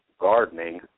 gardening